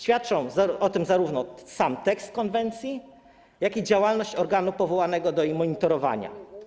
Świadczą o tym zarówno sam tekst konwencji, jak i działalność organu powołanego do jej monitorowania.